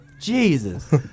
Jesus